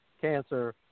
cancer